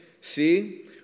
See